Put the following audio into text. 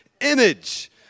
image